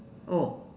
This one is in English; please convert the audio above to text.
oh